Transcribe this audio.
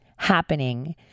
Happening